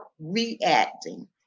reacting